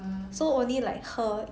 so only like her